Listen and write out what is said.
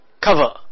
cover